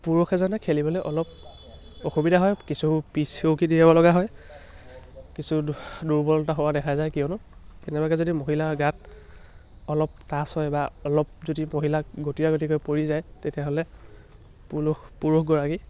পুৰুষ এজনে খেলিবলৈ অলপ অসুবিধা হয় কিছু পিছ হুহকি দিবলগা হয় কিছু দুৰ্বলতা হোৱা দেখা যায় কিয়নো কেনেবাকৈ যদি মহিলাৰ গাত অলপ টাচ হয় বা অলপ যদি মহিলাক গতিয়া গতি কৰি পৰি যায় তেতিয়াহ'লে পুৰুষ পুৰুষগৰাকী